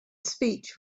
speech